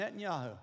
Netanyahu